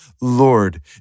Lord